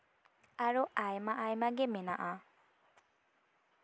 ᱟᱨᱚ ᱟᱭᱢᱟ ᱟᱭᱢᱟᱜᱮ ᱢᱮᱱᱟᱜᱼᱟ